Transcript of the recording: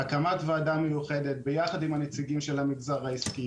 הקמת ועדה מיוחדת ביחד עם הנציגים של המגזר העסקי,